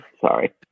Sorry